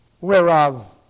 whereof